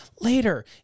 Later